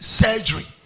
surgery